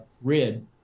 RID